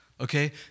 okay